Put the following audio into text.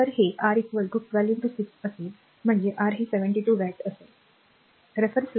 तर हे r 12 6 असेल म्हणजे r हे 72 वॅटचे असेल